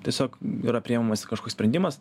tiesiog yra priimamas kažkoks sprendimas